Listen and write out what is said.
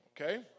Okay